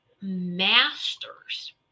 masters